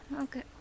okay